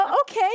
okay